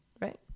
right